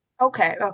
okay